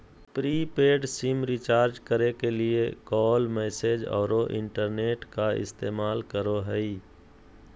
prepaid SIM recharge करे के लिए कॉल, मैसेज औरो इंटरनेट का इस्तेमाल करो हइ